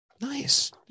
Nice